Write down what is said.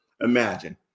imagine